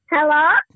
Hello